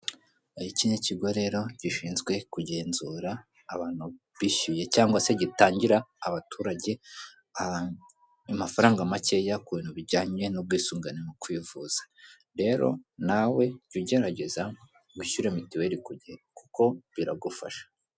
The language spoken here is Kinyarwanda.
Iki ni ikigo rero gishinzwe kugenzura abantu bishyuye, cyangwa se gitangira abaturage amafaranga macyeya ku bintu bijyanye n'ubwisungane mu kwivuza. Rero nawe jya ugerageza wishyure mitiweri ku gihe kuko biragufasha.